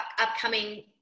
upcoming